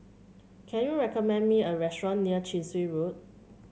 can you recommend me a restaurant near Chin Swee Road